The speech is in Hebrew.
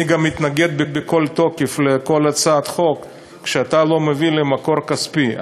אני גם מתנגד בכל תוקף לכל הצעת חוק כשאתה לא מביא לי מקור כספי.